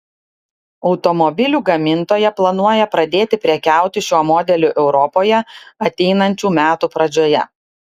automobilių gamintoja planuoja pradėti prekiauti šiuo modeliu europoje ateinančių metų pradžioje